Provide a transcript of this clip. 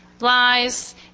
lies